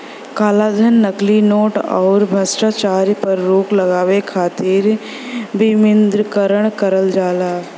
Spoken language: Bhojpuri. कालाधन, नकली नोट, आउर भ्रष्टाचार पर रोक लगावे खातिर विमुद्रीकरण करल जाला